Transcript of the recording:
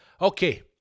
Okay